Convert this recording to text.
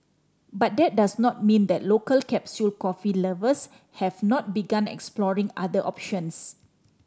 but that does not mean that local capsule coffee lovers have not begun exploring other options